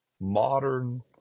modern